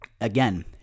again